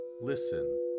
listen